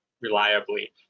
reliably